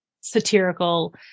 satirical